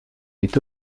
est